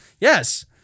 Yes